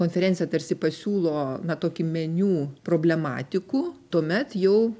konferencija tarsi pasiūlo na tokį meniu problematikų tuomet jau